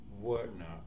whatnot